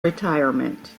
retirement